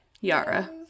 Yara